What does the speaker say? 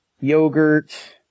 yogurt